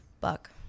buck